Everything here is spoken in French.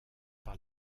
par